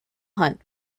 hunt